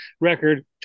record